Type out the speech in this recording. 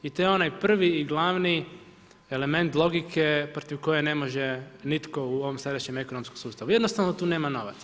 I to je onaj prvi i glavni element logike protiv koje ne može nitko u ovom sadašnjem ekonomskom sustavu, jednostavno tu nema novaca.